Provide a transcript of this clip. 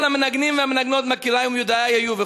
וכל המנגנים והמנגנות מכירי מיודעי היו,